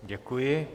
Děkuji.